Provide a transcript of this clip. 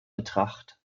betracht